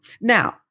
Now